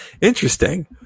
Interesting